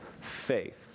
faith